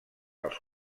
els